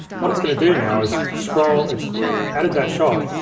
what it's gonna do now is scroll, it's added that shot,